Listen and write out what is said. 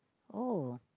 oh